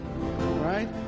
right